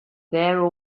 there